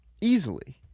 easily